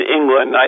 England